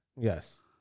Yes